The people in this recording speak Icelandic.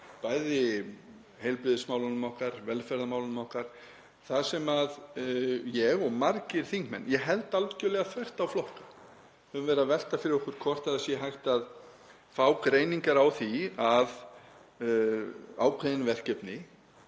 bæði heilbrigðismálunum okkar, velferðarmálunum okkar, þar sem ég og margir þingmenn, ég held algjörlega þvert á flokka, höfum verið að velta fyrir okkur hvort það sé hægt að fá greiningar á því að ákveðin verkefni